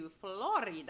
Florida